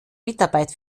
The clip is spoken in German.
mitarbeit